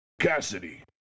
Cassidy